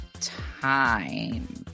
time